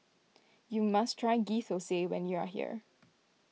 you must try Ghee Thosai when you are here